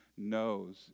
knows